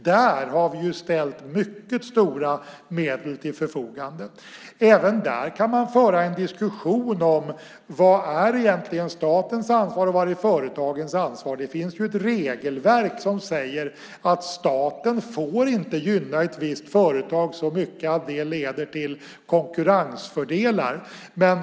Där har vi ställt mycket stora medel till förfogande. Även där kan man föra en diskussion om vad som egentligen är statens ansvar respektive företagens ansvar. Det finns ett regelverk som säger att staten inte får gynna ett visst företag så mycket att det leder till konkurrensfördelar.